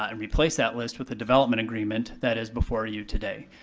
and replace that list with the development agreement that is before you today.